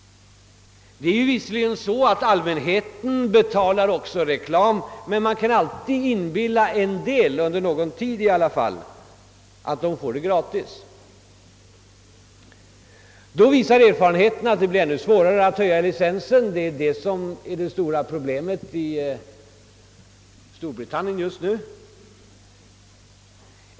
Visserligen betalar allmänheten också reklamen, men man kan alltid inbilla en del — under någon tid i varje fall — att de får den gratis. Då visar erfarenheten att det blir ännu svårare att höja licensavgiften. Det är detta som just nu är det stora problemet i Storbritannien.